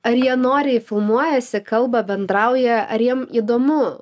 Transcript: ar jie noriai filmuojasi kalba bendrauja ar jiem įdomu